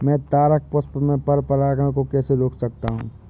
मैं तारक पुष्प में पर परागण को कैसे रोक सकता हूँ?